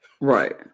right